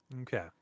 Okay